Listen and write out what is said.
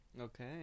Okay